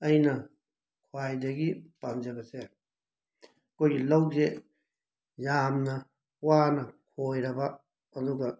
ꯑꯩꯅ ꯈ꯭ꯋꯥꯏꯗꯒꯤ ꯄꯥꯝꯖꯕꯁꯦ ꯑꯩꯈꯣꯏꯒꯤ ꯂꯧꯁꯦ ꯌꯥꯝꯅ ꯋꯥꯅ ꯈꯣꯏꯔꯕ ꯑꯗꯨꯒ